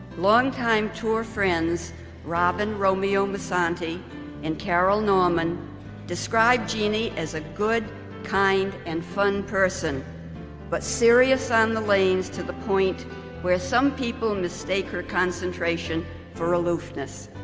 longtime tour friends robyn romeo musante and carol norman described jeanne as a good kind and fun person but serious on the lanes to the point where some people mistake her concentration for aloofness.